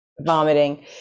vomiting